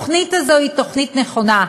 התוכנית הזאת היא תוכנית נכונה.